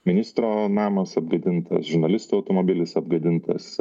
ministro namas apgadintas žurnalistų automobilis apgadintas